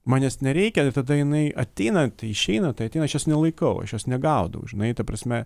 man jos nereikia ir tada jinai ateina išeina tai ateina aš jos nelaikau aš jos negaudau žinai ta prasme